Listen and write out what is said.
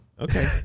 Okay